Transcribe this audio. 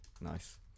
nice